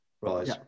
right